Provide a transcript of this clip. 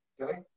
Okay